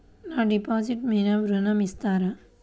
నా డిపాజిట్ మీద ఋణం ఇస్తారా?